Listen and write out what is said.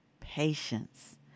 Patience